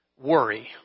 worry